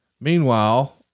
Meanwhile